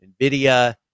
NVIDIA